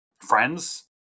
friends